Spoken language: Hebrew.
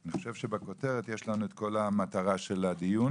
אני חושב שבכותרת יש לנו את כל המטרה של הדיון.